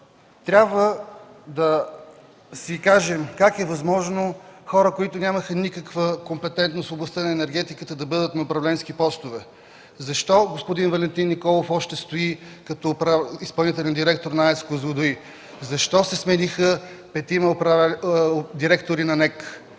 Трябва да си кажем как е възможно хора, които нямаха никаква компетентност в областта на енергетиката, да бъдат на управленски постове. Защо господин Валентин Николов още стои като изпълнителен директор на АЕЦ „Козлодуй”? Защо се смениха петима директори на НЕК?